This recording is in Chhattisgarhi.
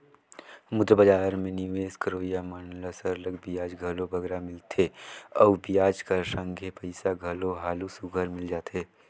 मुद्रा बजार में निवेस करोइया मन ल सरलग बियाज घलो बगरा मिलथे अउ बियाज कर संघे पइसा घलो हालु सुग्घर मिल जाथे